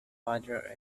father